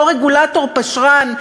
אותו רגולטור פשרן,